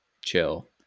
chill